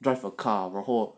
drive a car 然后